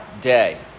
day